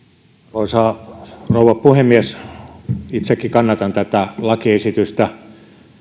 arvoisa rouva puhemies itsekin kannatan tätä lakiesitystä